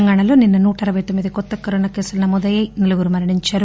తెలంగాణలో నిన్న నూట అరవై తొమ్మిది కొత్త కరోనా కేసులు నమోదై నలుగురు మరణించారు